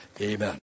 Amen